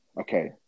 Okay